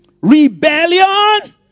rebellion